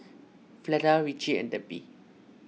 Fleda Ritchie and Debbie